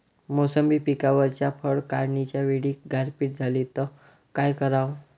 मोसंबी पिकावरच्या फळं काढनीच्या वेळी गारपीट झाली त काय कराव?